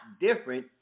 different